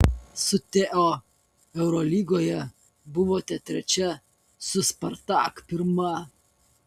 su teo eurolygoje buvote trečia su spartak pirma